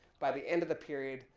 by the end of the period,